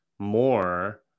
more